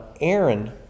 Aaron